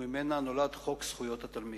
וממנה נולד חוק זכויות התלמיד,